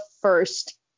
first